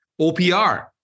OPR